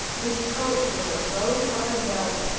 his coat was of rose-colored velvet,